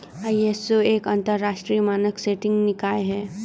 ISO एक अंतरराष्ट्रीय मानक सेटिंग निकाय है